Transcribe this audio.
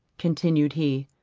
continued he,